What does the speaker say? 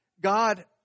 God